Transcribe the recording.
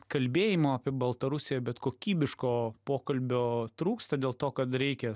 kalbėjimo apie baltarusiją bet kokybiško pokalbio trūksta dėl to kad reikia